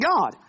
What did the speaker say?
God